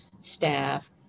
staff